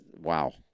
wow